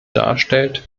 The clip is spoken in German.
darstellt